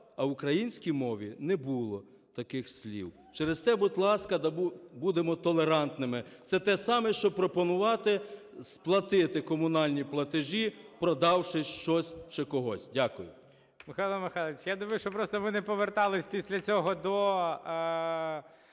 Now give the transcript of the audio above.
а в українській мові не було таких слів. Через те, будь ласка, будемо толерантними. Це те саме, що пропонувати сплатити комунальні платежі, продавши щось чи когось. Дякую.